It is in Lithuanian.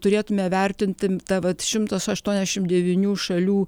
turėtume vertinti tą vat šimtas aštuoniasdešim devynių šalių